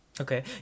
Okay